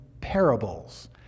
parables